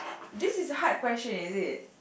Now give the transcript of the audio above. this is the hard question is it